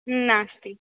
नास्ति